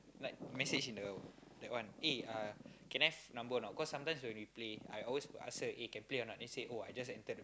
like message in the that one eh uh can I have number or not cause sometimes when we play I always ask her eh can play or not then she say oh I just entered